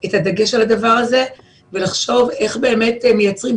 את הדגש על הדבר הזה ולחשוב איך באמת מייצרים,